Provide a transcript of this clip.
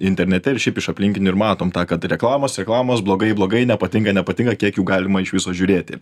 internete ir šiaip iš aplinkinių ir matom tą kad reklamos reklamos blogai blogai nepatinka nepatinka kiek jų galima iš viso žiūrėti